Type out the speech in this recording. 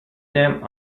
them